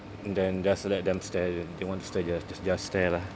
and then just let them stare then they want to stare just just stare lah